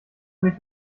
mal